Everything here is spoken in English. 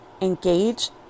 engage